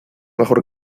mejor